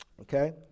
okay